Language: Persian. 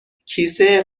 کیسه